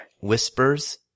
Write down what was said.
Whispers